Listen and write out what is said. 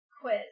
quiz